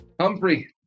Humphrey